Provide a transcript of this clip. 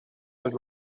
was